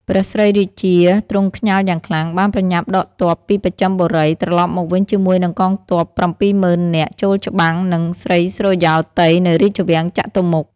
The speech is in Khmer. ព្រះស្រីរាជា ទ្រង់ខ្ញាល់យ៉ាងខ្លាំង បានប្រញាប់ដកទ័ពពីបស្ចឹមបុរី ត្រឡប់មកវិញជាមួយនិងកងទ័ព ៧មុឺននាក់ចូលច្បាំងនិង ស្រីសុរិយោទ័យ នៅរាជវាំងចតុមុខ